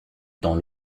dans